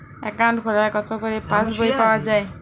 Account খোলার কতো পরে পাস বই পাওয়া য়ায়?